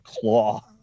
claw